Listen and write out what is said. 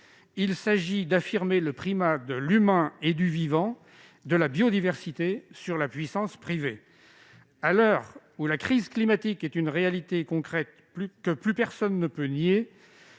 Il s'agit d'affirmer le primat de l'humain, du vivant et de la biodiversité sur la puissance privée. À l'heure où la crise climatique est une réalité concrète que plus personne ne peut nier,